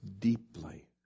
deeply